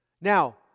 Now